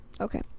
okay